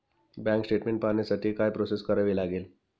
Bank statement पाहण्यासाठी काय process करावी लागेल?